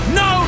no